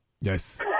Yes